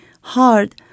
hard